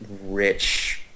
rich